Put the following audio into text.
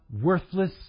worthless